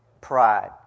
Pride